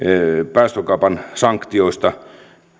päästökaupan sanktioista